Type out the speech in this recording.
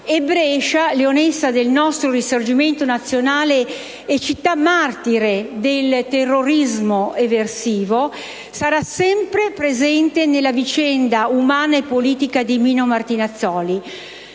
E Brescia, "leonessa" del nostro Risorgimento nazionale e città martire del terrorismo eversivo, sarà sempre presente nella vicenda umana e politica di Mino Martinazzoli.